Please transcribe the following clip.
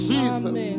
Jesus